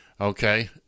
okay